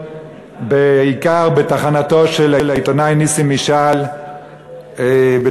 בעיקר בתחנתו של העיתונאי נסים משעל בתל-אביב,